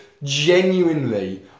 Genuinely